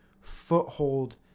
foothold